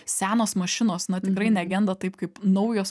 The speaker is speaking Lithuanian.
senos mašinos na tikrai negenda taip kaip naujos